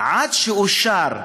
ועד שאושרה ההרחבה,